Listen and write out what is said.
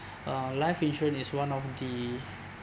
uh life insurance is one of the